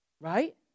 Right